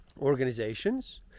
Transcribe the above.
Organizations